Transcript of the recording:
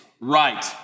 right